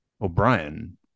O'Brien